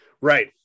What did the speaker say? right